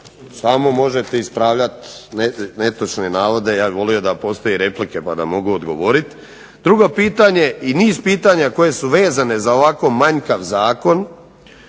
samo možete ispravljati netočne navode, ja bih volio da postoje replike pa da mogu odgovoriti, drugo pitanje i niz pitanja koje su vezana za ovako manjkav zakon,